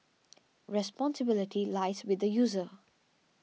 responsibility lies with the user